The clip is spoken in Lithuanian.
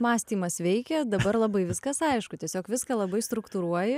mąstymas veikė dabar labai viskas aišku tiesiog viską labai struktūruoji